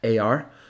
AR